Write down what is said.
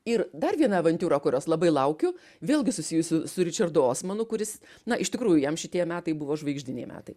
ir dar viena avantiūra kurios labai laukiu vėlgi susijusi su ričardu osmanu kuris na iš tikrųjų jam šitie metai buvo žvaigždiniai metai